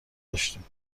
داشتیم